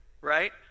right